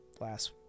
last